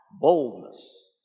boldness